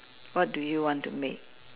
what do you want to make